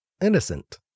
innocent